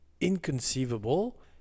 Inconceivable